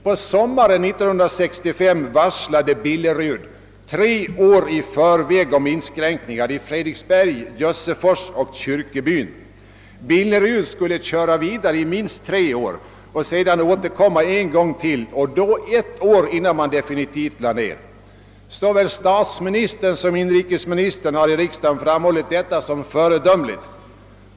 På sommaren 1965 varslade Billerud, tre år i förväg, om inskränkningar i Fredriksberg, Jössefors och Kyrkebyn. Billerud skulle köra vidare i minst tre år och sedan återkomma ytterligare en gång — ett år före en definitiv nedläggning. Såväl statsministern som =:inrikesministern har i riksdagen framhållit detta handlande som föredömligt.